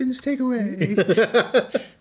takeaway